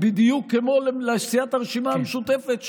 בדיוק כמו לסיעת הרשימה המשותפת,